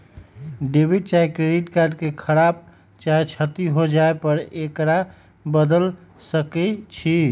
debit चाहे credit card के खराप चाहे क्षति हो जाय पर एकरा बदल सकइ छी